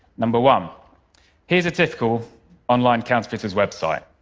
number one here's a typical online counterfeiter's website.